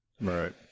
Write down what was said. Right